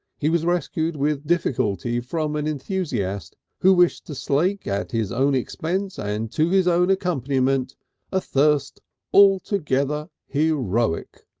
he was rescued with difficulty from an enthusiast who wished to slake at his own expense and to his own accompaniment a thirst altogether heroic.